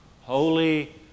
Holy